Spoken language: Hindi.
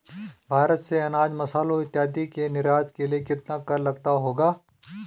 भारत से अनाज, मसालों इत्यादि के निर्यात के लिए कितना कर लगता होगा?